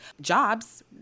jobs